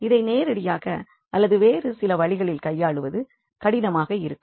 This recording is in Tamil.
இதை நேரடியாக அல்லது வேறு சில வழிகளில் கையாள்வது கடினமாக இருக்கும்